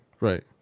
Right